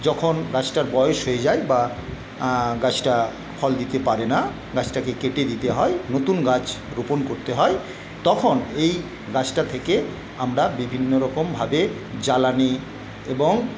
যখন গাছটার বয়স হয়ে যায় বা গাছটা ফল দিতে পারে না গাছটাকে কেটে দিতে হয় নতুন গাছ রোপণ করতে হয় তখন এই গাছটা থেকে আমরা বিভিন্ন রকমভাবে জ্বালানি এবং